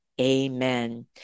Amen